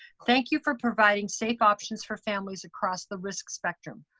thank you for providing safe options for families across the risk spectrum.